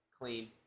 clean